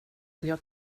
jag